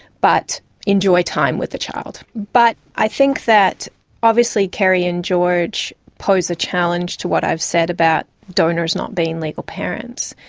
but enjoy time with the child. but i think that obviously kerrie and george pose a challenge to what i've said about donors not being legal parents.